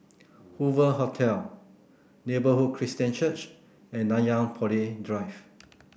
Hoover Hotel Neighbourhood Christian Church and Nanyang Poly Drive